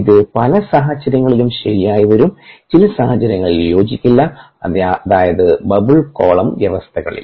ഇത് പല സാഹചര്യങ്ങളിലും ശരിയായി വരും ചില സാഹചര്യത്തിൽ യോജിക്കില്ല അതായത് ബബിൾ കോളം വ്യവസ്ഥകളിൽ